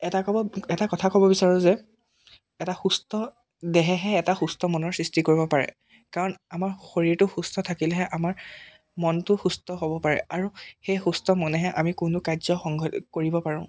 এটা ক'ব এটা কথা ক'ব বিচাৰোঁ যে এটা সুস্থ দেহেহে এটা সুস্থ মনৰ সৃষ্টি কৰিব পাৰে কাৰণ আমাৰ শৰীৰটো সুস্থ থাকিলেহে আমাৰ মনটো সুস্থ হ'ব পাৰে আৰু সেই সুস্থ মনেহে আমি কোনো কাৰ্য সংঘ কৰিব পাৰোঁ